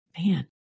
man